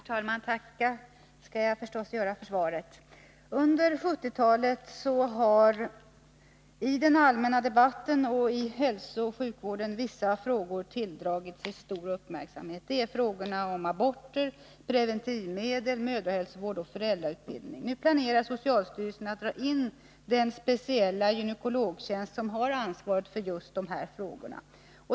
Herr talman! Tacka för svaret skall jag förstås göra. Under 1970-talet har i den allmänna debatten och i hälsooch sjukvården vissa frågor tilldragit sig stor uppmärksamhet. Det är frågorna om aborter, preventivmedel, mödrahälsovård och föräldrautbildning. Nu planerar socialstyrelsen att dra in den speciella gynekologtjänst vars innehavare har ansvaret för just de här frågorna.